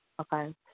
Okay